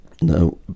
No